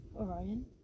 Orion